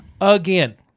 again